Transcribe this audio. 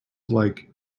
like